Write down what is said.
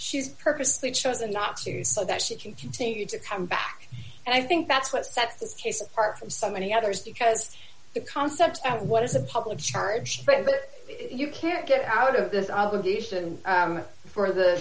she's purposely chosen not to so that she can continue to come back and i think that's what sets this case apart from some many others because the concept of what is a public charge you can't get out of this obligation for the